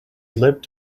lived